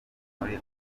muri